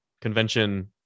convention